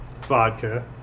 vodka